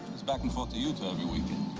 he's back and forth to utah every weekend.